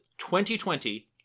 2020